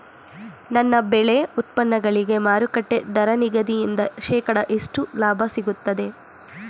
ನನ್ನ ಬೆಳೆ ಉತ್ಪನ್ನಗಳಿಗೆ ಮಾರುಕಟ್ಟೆ ದರ ನಿಗದಿಯಿಂದ ಶೇಕಡಾ ಎಷ್ಟು ಲಾಭ ಸಿಗುತ್ತದೆ?